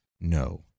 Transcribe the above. No